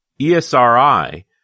ESRI